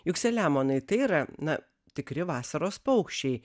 juk selemonai tai yra na tikri vasaros paukščiai